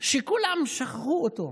שכולם שכחו אותו,